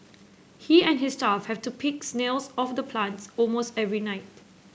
he and his staff have to pick snails off the plants almost every night